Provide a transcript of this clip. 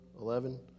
eleven